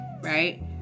right